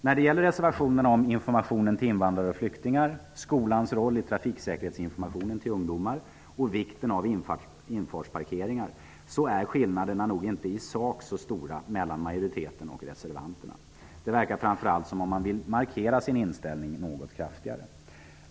När det gäller reservationerna om information till invandrare och flyktingar, skolans roll i trafiksäkerhetsinformationen till ungdomar och vikten av infartsparkeringar är nog inte skillnaderna i sak så stora mellan majoritetens och reservanternas uppfattning. Det verkar som om reservanterna framför allt vill markera sin inställning något kraftigare.